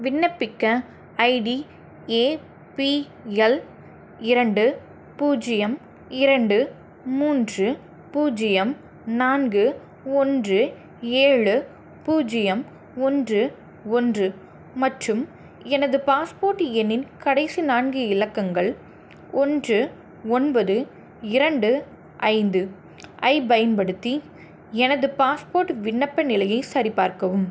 விண்ணப்பிக்க ID APL இரண்டு பூஜ்ஜியம் இரண்டு மூன்று பூஜ்ஜியம் நான்கு ஒன்று ஏழு பூஜ்ஜியம் ஒன்று ஒன்று மற்றும் எனது பாஸ்போர்ட் எண்ணின் கடைசி நான்கு இலக்கங்கள் ஒன்று ஒன்பது இரண்டு ஐந்து ஐப் பயன்படுத்தி எனது பாஸ்போர்ட் விண்ணப்ப நிலையை சரிபார்க்கவும்